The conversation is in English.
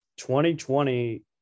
2020